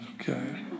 Okay